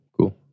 Cool